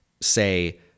say